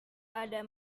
ada